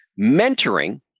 Mentoring